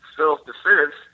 Self-defense